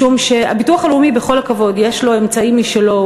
משום שלביטוח הלאומי, בכל הכבוד, יש אמצעים משלו.